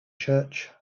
church